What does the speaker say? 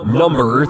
number